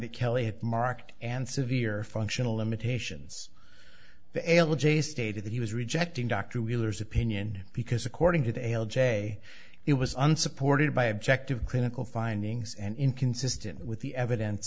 that kelly had marked and severe functional limitations the ala j stated that he was rejecting dr wheeler's opinion because according to dale j it was unsupported by objective clinical findings and inconsistent with the evidence